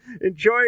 Enjoy